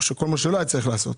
כל מה שלא היה צריך לעשות.